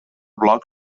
bloc